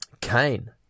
Cain